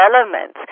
elements